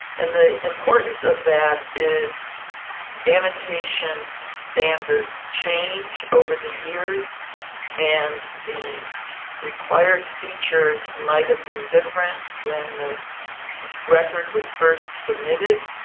and the importance of that is annotation standards change over the years and the required features might have been different when the record was first submitted,